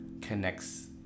connects